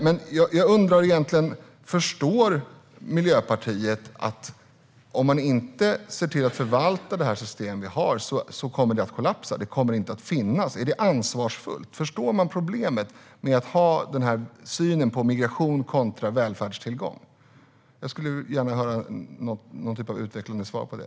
Jag undrar om Miljöpartiet förstår att det system vi har kommer att kollapsa om man inte ser till att förvalta det. Det kommer inte att finnas. Är det ansvarsfullt? Förstår man problemet med att ha den här synen på migration kontra välfärdstillgång? Jag skulle gärna höra någon typ av utvecklande svar på det.